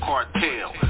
Cartel